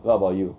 what about you